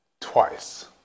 twice